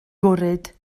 gwrhyd